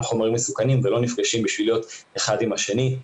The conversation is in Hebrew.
חומרים מסוכנים ולא נפגשים כדי להיות אחד עם השני.